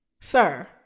Sir